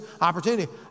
opportunity